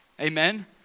Amen